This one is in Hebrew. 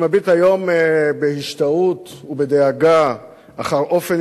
אני מביט היום בהשתאות ובדאגה באופן